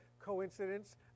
coincidence